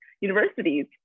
universities